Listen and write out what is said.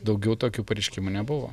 daugiau tokių pareiškimų nebuvo